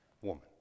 woman